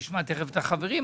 תכף נשמע את החברים,